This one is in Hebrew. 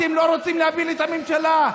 אתם לא רוצים להפיל את הממשלה.